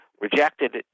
rejected